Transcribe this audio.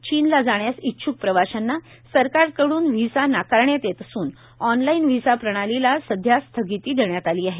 चीनला जाण्यास इच्छुक प्रवाशांना सरकारकडुन व्हिसा नाकारण्यात येत असून ऑनलाइन व्हिसा प्रणालीला सध्या स्थगिती देण्यात आली आहे